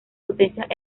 potencias